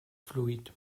fluid